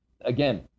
again